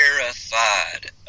Terrified